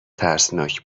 ترسناک